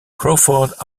crawford